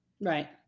Right